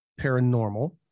paranormal